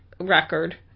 record